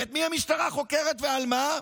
ואת מי המשטרה חוקרת ועל מה?